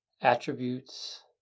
attributes